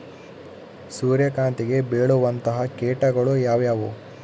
ಸೂರ್ಯಕಾಂತಿಗೆ ಬೇಳುವಂತಹ ಕೇಟಗಳು ಯಾವ್ಯಾವು?